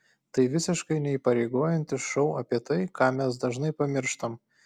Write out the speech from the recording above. tai visiškai neįpareigojantis šou apie tai ką mes dažnai pamirštam